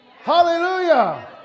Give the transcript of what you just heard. Hallelujah